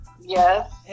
Yes